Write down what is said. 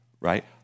right